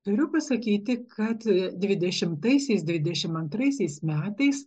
turiu pasakyti kad dvidešimtaisiais dvidešimt antraisiais metais